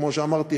כמו שאמרתי,